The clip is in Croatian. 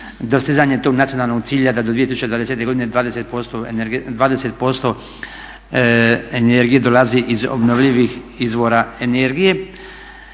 dostizanje tog nacionalnog cilja da do 2020. godine 20% energije dolazi iz obnovljivih izvora energije.